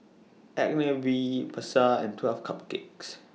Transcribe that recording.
Agnes B Pasar and twelve Cupcakes